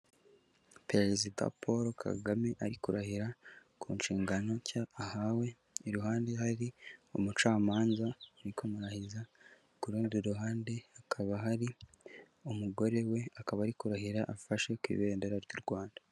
Perezida Paul Kagame ari kurahira ku nshingano nshya ahawe, iruhande hari umucamanza urikumurahiza, ku rundi ruhande hakaba hari umugore we, akaba ari kurahira afashe ku ibendera ry'u Rwanda.